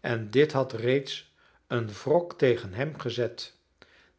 en dit had reeds een wrok tegen hem gezet